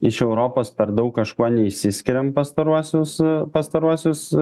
iš europos per daug kažkuo neišsiskiriam pastaruosius pastaruosius